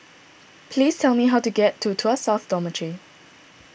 please tell me how to get to Tuas South Dormitory